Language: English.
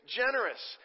generous